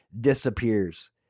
disappears